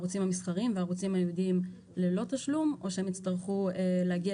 המסחריים והערוצים הייעודיים ללא תשלום או שהם יצטרכו להגיע